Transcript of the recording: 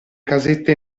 casette